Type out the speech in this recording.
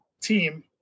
team